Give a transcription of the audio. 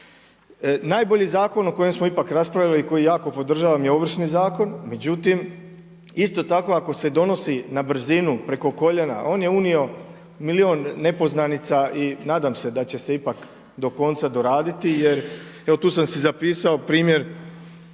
Najbolji zakon o kojem smo ipak raspravili i koji jako podržavam je Ovršni zakon međutim isto tako ako se donosi na brzinu, preko koljena, on je unio milijun nepoznanica i nadam se da će se ipak do konca doraditi jer, evo tu sam si zapisao primjer,